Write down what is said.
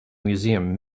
museum